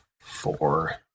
four